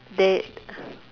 they